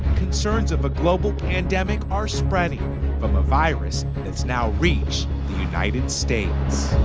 concerns of a global pandemic are spreading from a virus that's now reached the united states.